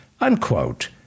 unquote